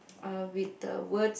with a words